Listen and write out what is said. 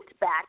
back